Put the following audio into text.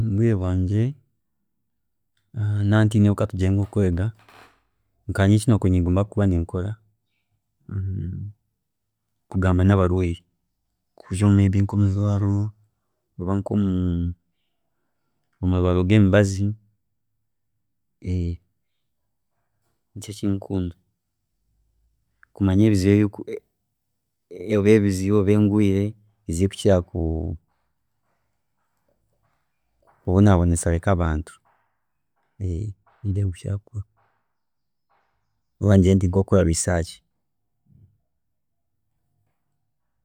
﻿Omubwiire bwangye naaba ntineho katugire nk'okwega, nkanye eki nakubiire ninyegomba kuba ninkora, kugamba nabarwiire, kwiija may be nkomwiirwaariro oba nkomu omumarwariro gemibazi nikyo eki nkukunda kugira ngu manye ebizibu, oba ebizibu oba endwiire eziri kukira kubonabonesa nkabantu oba ngyete research.